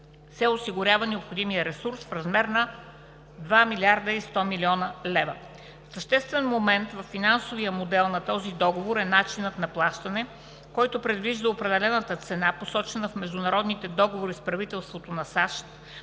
се осигурява необходимият ресурс в размер на 2 млрд. 100 млн. лв. Съществен момент във финансовия модел на този договор е начинът на плащане, който предвижда определената цена (cash with acceptance), посочена в международните договори с правителството на САЩ,